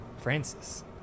Francis